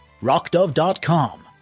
rockdove.com